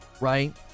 Right